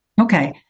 Okay